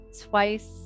twice